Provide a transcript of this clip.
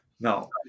No